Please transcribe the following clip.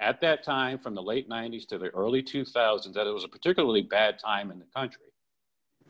at that time from the late ninety's to the early two thousand that it was a particularly bad time in the country